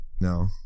No